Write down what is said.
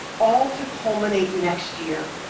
all to culminate next year,